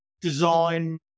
Design